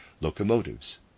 locomotives